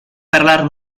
parlar